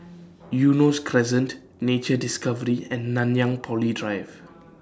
Eunos Crescent Nature Discovery and Nanyang Poly Drive